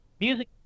music